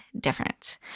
different